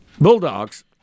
Bulldogs